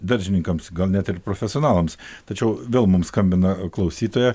daržininkams gal net ir profesionalams tačiau vėl mums skambina klausytoja